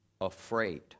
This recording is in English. afraid